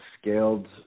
scaled